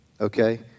Okay